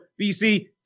BC